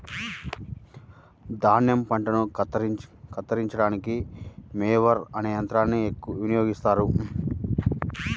ధాన్యం పంటలను కత్తిరించడానికి మొవర్ అనే యంత్రాన్ని ఎక్కువగా వినియోగిస్తారు